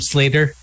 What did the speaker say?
Slater